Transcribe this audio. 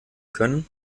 können